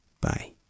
Bye